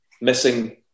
missing